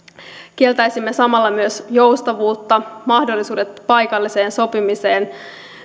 kieltäisimme samalla myös joustavuutta mahdollisuudet paikalliseen sopimiseen